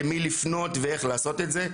למי לפנות ואיך לעשות את זה.